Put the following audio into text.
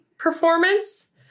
performance